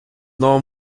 now